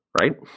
right